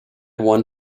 one